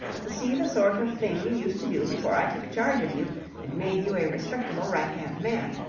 to see the sort of thing you used to do before i took charge of you and made you a respectable right-hand man.